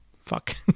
Fuck